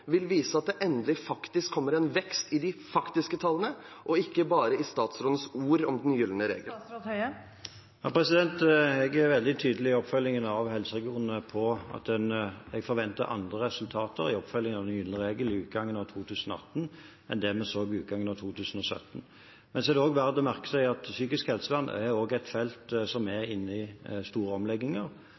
vil vise at det endelig kommer en vekst i de faktiske tallene, og ikke bare i statsrådens ord om «den gylne regel»? I oppfølgingen av helseregionene er jeg veldig tydelig på at jeg forventer andre resultater i oppfølgingen av «den gylne regel» ved utgangen av 2018 enn det vi så ved utgangen av 2017. Men det er også verdt å merke seg at psykisk helsevern er et felt som er inne i store omlegginger.